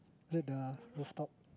is that the rooftop